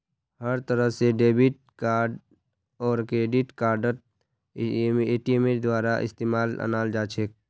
हर तरह से डेबिट आर क्रेडिट कार्डक एटीएमेर द्वारा इस्तेमालत अनाल जा छे